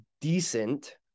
decent